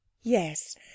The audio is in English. yes